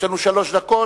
יש לנו שלוש דקות.